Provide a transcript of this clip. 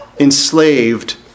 enslaved